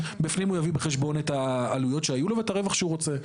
בפנים הוא יביא בחשבן את העלויות שהיו לו ואת הרווח שהוא רוצה.